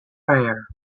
fair